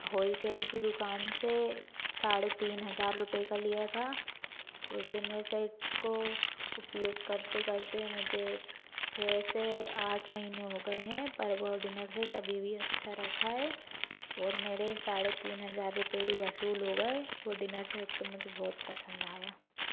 wholesale की दुकान से साढ़े तीन हज़ार रुपये का लिया था उस डिनर सेट को उपयोग करते करते मुझे छः से आठ महीने हो गए हैं पर वह डिनर सेट अभी भी अच्छा रखा है और मेरे साढे़ तीन हज़ार रुपए भी वसूल हो गए वह डिनर सेट तो मुझे बहुत पसंद आया